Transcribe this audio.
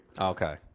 Okay